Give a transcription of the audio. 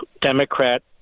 Democrat